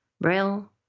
braille